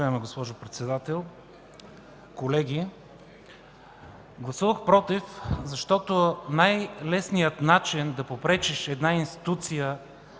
Уважаема госпожо Председател, колеги! Гласувах „против”, защото най-лесният начин да попречиш една институция